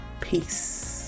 Peace